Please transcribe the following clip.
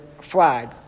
flag